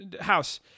house